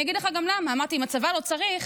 אני אגיד לך גם למה, אמרתי, אם הצבא לא צריך,